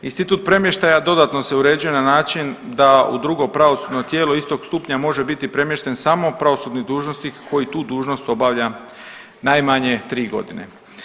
Institut premještaja dodatno se uređuje na način da u drugo pravosudno tijelo istog stupnja može biti premješten samo pravosudni dužnosnik koji tu dužnost obavlja najmanje 3 godine.